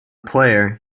player